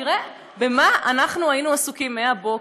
תראה במה אנחנו היינו עסוקים מהבוקר.